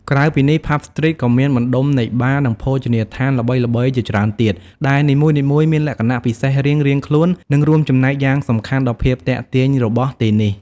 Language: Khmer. ក្រៅពីនេះ ផាប់ ស្ទ្រីត ក៏មានបណ្ដុំនៃបារ និងភោជនីយដ្ឋានល្បីៗជាច្រើនទៀត ដែលនីមួយៗមានលក្ខណៈពិសេសរៀងៗខ្លួន និងរួមចំណែកយ៉ាងសំខាន់ដល់ភាពទាក់ទាញរបស់ទីនេះ។